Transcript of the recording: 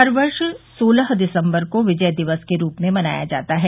हर वर्ष सोलह दिसम्बर को विजय दिवस के रूप में मनाया जाता है